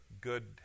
good